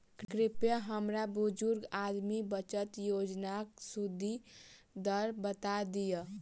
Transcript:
कृपया हमरा बुजुर्ग आदमी बचत योजनाक सुदि दर बता दियऽ